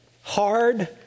Hard